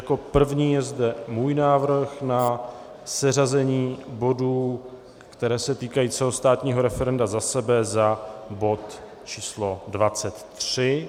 Jako první je zde můj návrh na seřazení bodů, které se týkají celostátního referenda, za sebe za bod číslo 23.